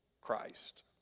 Christ